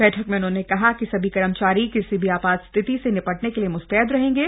बैठक में उन्होंने कहा कि सभी कर्मचारी किसी भी आपात स्थिति से निपटने के लिए मुस्तैद रहेंगे